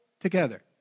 together